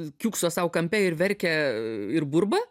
kiūkso sau kampe ir verkia ir burba